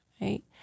right